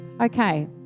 Okay